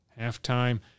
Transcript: halftime